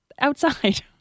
outside